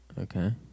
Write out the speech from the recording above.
okay